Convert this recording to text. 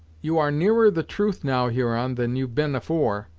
you are nearer the truth, now, huron, than you've been afore,